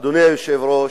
אדוני היושב-ראש,